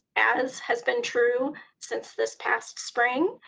as has been true since this past spring,